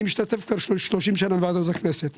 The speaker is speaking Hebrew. אני משתתף כבר 30 שנים בוועדות הכנסת,